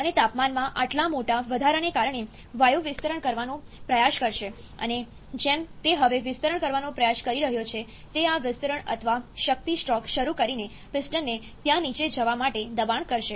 અને તાપમાનમાં આટલા મોટા વધારાને કારણે વાયુ વિસ્તરણ કરવાનો પ્રયાસ કરશે અને જેમ તે હવે વિસ્તરણ કરવાનો પ્રયાસ કરી રહ્યો છે તે આ વિસ્તરણ અથવા શક્તિ સ્ટ્રોક શરૂ કરીને પિસ્ટનને ત્યાં નીચે જવા માટે દબાણ કરશે